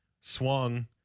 swung